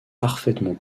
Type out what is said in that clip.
parfaitement